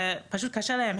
זה קשה להם מאוד.